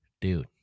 dude